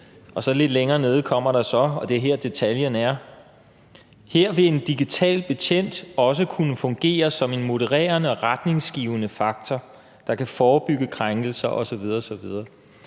lidt længere nede står der så, og det er her detaljen er: »Her vil en digital betjent også kunne fungere som en modererende og retningsgivende faktor, der kan forebygge krænkelser ...« osv.